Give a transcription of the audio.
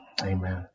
amen